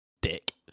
Dick